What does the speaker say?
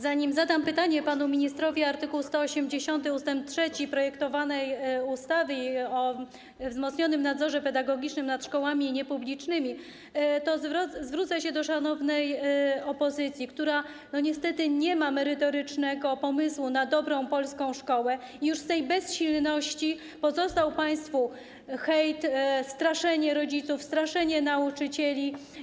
Zanim zadam panu ministrowi pytanie o art. 180 ust. 3 projektowanej ustawy o wzmocnionym nadzorze pedagogicznym nad szkołami niepublicznymi, to zwrócę się do szanownej opozycji, która niestety nie ma merytorycznego pomysłu na dobrą polską szkołę i już z tej bezsilności pozostał państwu hejt, straszenie rodziców, straszenie nauczycieli.